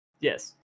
Yes